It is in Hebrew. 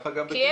ככה גם בכנס.